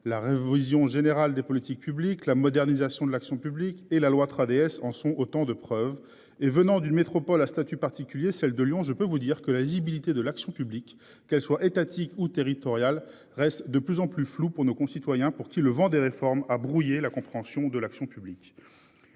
la révision générale des politiques publiques, la modernisation de l'action publique et la loi 3DS en sont autant de preuves et venant d'une métropole à statut particulier celle de Lyon. Je peux vous dire que la lisibilité de l'action publique, qu'elle soit étatique ou territoriales reste de plus en plus floue pour nos concitoyens pour. Si le vent des réformes à brouiller la compréhension de l'action publique.